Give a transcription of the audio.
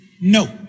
No